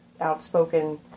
outspoken